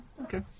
Okay